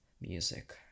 music